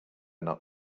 not